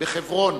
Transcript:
בחברון